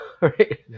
right